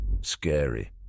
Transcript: scary